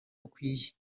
bukwiye